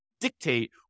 dictate